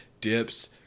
dips